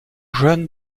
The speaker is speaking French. jeune